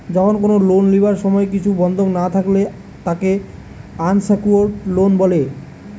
যখন কোনো লোন লিবার সময় কিছু বন্ধক না থাকলে তাকে আনসেক্যুরড লোন বলে